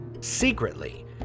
Secretly